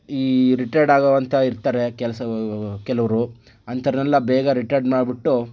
ಈ ರಿಟೈರ್ಡ್ ಆಗುವಂತ ಇರ್ತಾರೆ ಕೆಲ್ಸವು ವು ಕೆಲವರು ಅಂತವರನ್ನೆಲ್ಲ ಬೇಗ ರಿಟೈರ್ಡ್ ಮಾಡಿಬಿಟ್ಟು